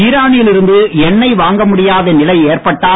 ஈரானில் இருந்து எண்ணெய் வாங்க முடியாத நிலை ஏற்பட்டால்